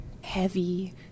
heavy